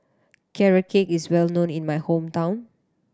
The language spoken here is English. Carrot Cake is well known in my hometown